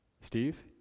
Steve